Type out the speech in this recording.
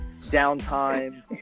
downtime